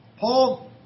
Paul